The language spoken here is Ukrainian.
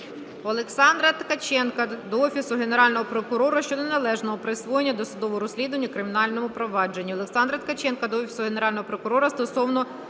Олександра Ткаченка до Офісу Генерального прокурора щодо неналежного проведення досудового розслідування у кримінальному провадженні.